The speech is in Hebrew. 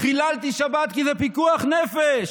חיללתי שבת כי זה פיקוח נפש.